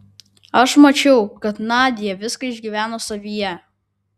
aš mačiau kad nadia viską išgyveno savyje